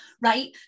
right